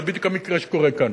זה בדיוק המקרה שקורה כאן.